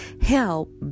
help